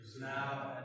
now